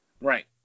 Right